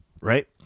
Right